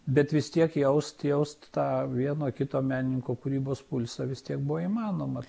bet vis tiek jaust jaust tą vieno kito menininko kūrybos pulsą vis tiek buvo įmanoma